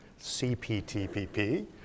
CPTPP